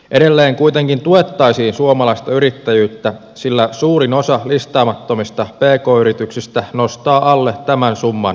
edelleen kuitenkin tuettaisiin suomalaista yrittäjyyttä sillä suurin osa listaamattomista pk yrityksistä nostaa alle tämän summan osinkoa vuodessa